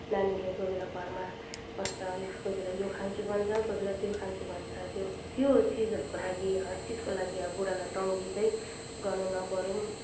नानीले कोही बेला घरमा बस्दा कोही बेला यो खान्छु भन्छ कोही बेला त्यो खान्छु भन्छ त्यो त्यो चिजहरूको लागि हर चिजको लागि अब बुढालाई तङ्गी चाहिँ गर्नु नपरौँ